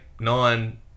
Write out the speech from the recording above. nine